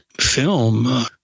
film